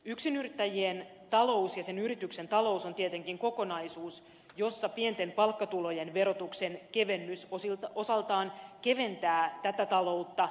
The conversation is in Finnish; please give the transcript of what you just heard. yksinyrittäjien talous ja sen yrityksen talous on tietenkin kokonaisuus jossa pienten palkkatulojen verotuksen kevennys osaltaan keventää tätä taloutta